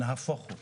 נהפוך הוא,